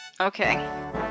Okay